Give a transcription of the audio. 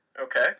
Okay